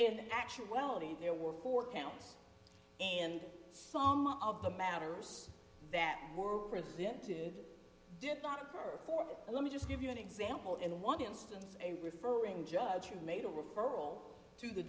in actuality there were four counts and some of the matters that were receptive did not occur let me just give you an example in one instance a referring judge who made a referral to the